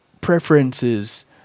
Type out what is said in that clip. preferences